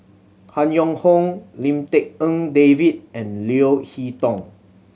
Han Yong Hong Lim Tik En David and Leo Hee Tong